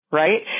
right